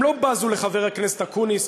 הם לא בזו לחבר הכנסת אקוניס,